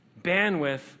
bandwidth